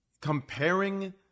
comparing